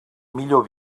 millor